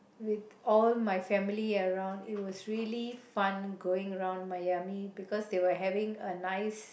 with all my family around it was really fun going around Miami because they were having a nice